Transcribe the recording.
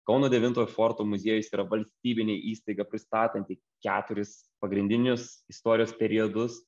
kauno devintojo forto muziejus yra valstybinė įstaiga pristatanti keturis pagrindinius istorijos periodus